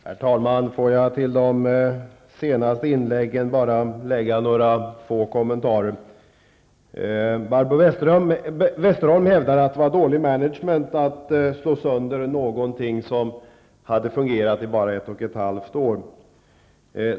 Herr talman! Får jag till de senaste inläggen bara göra några få kommentarer. Barbro Westerholm hävdar att det var dålig management att slå sönder någonting som fungerat i bara ett och ett halvt år.